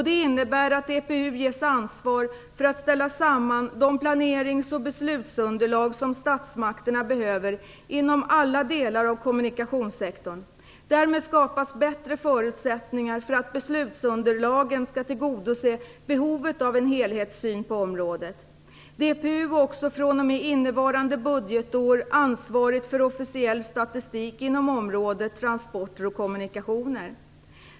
Det innebär att DPU ges ansvaret för att ställa samman de planerings och beslutsunderlag som statsmakterna behöver inom alla delar av kommunikationssektorn. Därmed skapas bättre förutsättningar för att beslutsunderlagen skall tillgodose behovet av en helhetssyn på området. DPU är också fr.o.m. innevarande budgetår ansvarigt för officiell statistik inom området transporter och kommunikationer.